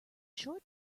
short